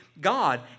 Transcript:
God